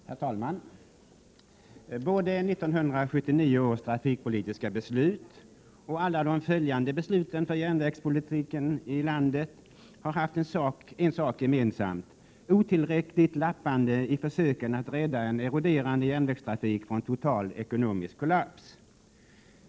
Herr talman! Både 1979 års trafikpolitiska beslut och alla de följande besluten om järnvägspolitiken i landet har haft en sak gemensam: otillräckligt lappande i försöken att rädda en eroderande järnvägstrafik från total ekonomisk kollaps.